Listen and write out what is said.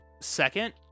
second